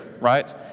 right